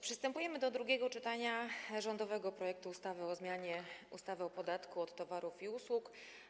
Przystępujemy do drugiego czytania rządowego projektu ustawy o zmianie ustawy o podatku od towarów i usług.